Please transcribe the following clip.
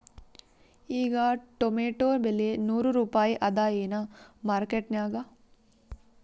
ಈಗಾ ಟೊಮೇಟೊ ಬೆಲೆ ನೂರು ರೂಪಾಯಿ ಅದಾಯೇನ ಮಾರಕೆಟನ್ಯಾಗ?